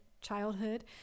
childhood